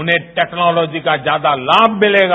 उन्हें टेक्नोलोजी का ज्यादा लाम मिलेगा